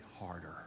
harder